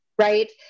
right